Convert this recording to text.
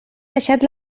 deixat